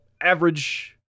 average